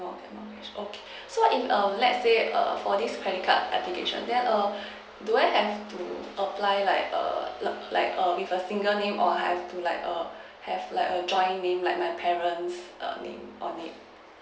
more get more cash okay so if um let's say err for this credit card application then err do I have to apply like err like err with a single name or I have to like err have like err joining name like my parent's err name on it